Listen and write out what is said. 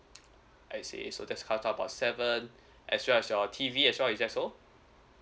I see so that's cut out about seven as well as your T_V as well is that so